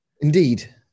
Indeed